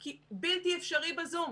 אלא כי בלתי אפשרי בזום.